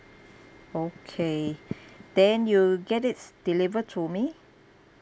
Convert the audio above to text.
okay then you get it deliver to me